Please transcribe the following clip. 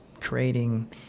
creating